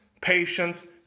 patience